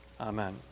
Amen